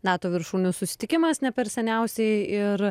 nato viršūnių susitikimas ne per seniausiai ir